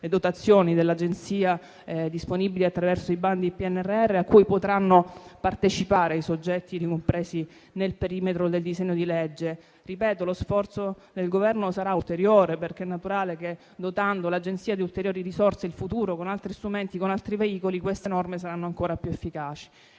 come dotazioni dell'Agenzia disponibili attraverso i bandi PNRR, a cui potranno partecipare i soggetti ricompresi nel perimetro del disegno di legge. Lo sforzo del Governo sarà ulteriore perché è naturale che, dotando in futuro l'Agenzia di ulteriori risorse, altri strumenti e altri veicoli, queste norme saranno ancora più efficaci.